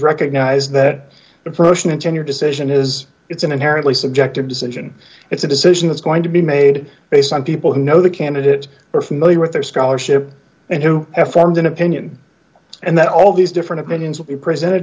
recognized that a person in tenure decision is it's an inherently subjective decision it's a decision that's going to be made based on people who know the candidate are familiar with their scholarship and who have formed an opinion and that all these different opinions will be presented